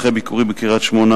אחרי ביקורי בקריית-שמונה,